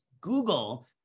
Google